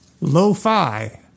Lo-fi